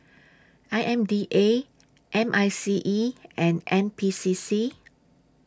I M D A M I C E and N P C C